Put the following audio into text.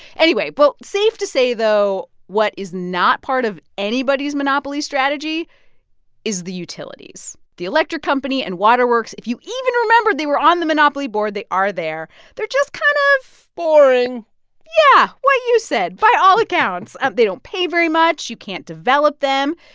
anyway well, safe to say though what is not part of anybody's monopoly strategy is the utilities. the electric company and water works, if you even remember they were on the monopoly board they are there they're just kind of. boring yeah, what you said, by all accounts. and they don't pay very much. you can't develop them.